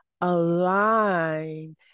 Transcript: align